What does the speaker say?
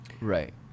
right